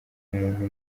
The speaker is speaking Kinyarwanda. umuntu